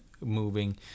moving